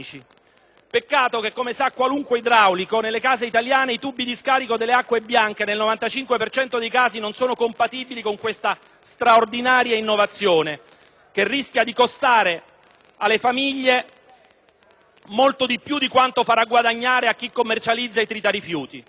Peccato che, come sa qualunque idraulico, nelle case italiane i tubi di scarico delle acque bianche, nel 95 per cento dei casi, non siano compatibili con questa straordinaria innovazione, che rischia di costare alle famiglie molto più di quanto farà guadagnare a chi commercializza i tritarifiuti.